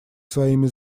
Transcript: своими